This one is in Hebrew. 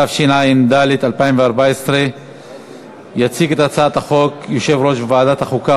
התשע"ד 2014. יציג את הצעת החוק יושב-ראש ועדת החוקה,